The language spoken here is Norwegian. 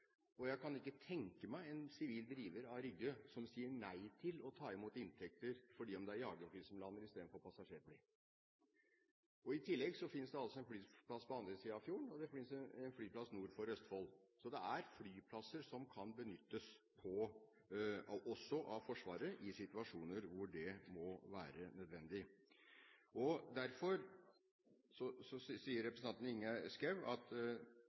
overtar. Jeg kan ikke tenke meg at en sivil driver av Rygge sier nei til å ta imot inntekter fordi om det er jagerfly som lander istedenfor passasjerfly. I tillegg finnes det altså en flyplass på den andre siden av fjorden, og det finnes en flyplass nord for Østfold. Så det er flyplasser som kan benyttes også av Forsvaret i situasjoner hvor det må være nødvendig. Representanten Ingjerd Schou peker på Rygges strategiske plassering. Ja, Rygge har en strategisk plassering, det har også Torp og